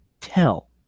tell